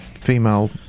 female